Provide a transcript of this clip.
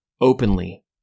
openly